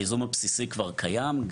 הייזום הבסיסי כבר קיים.